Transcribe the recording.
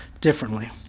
differently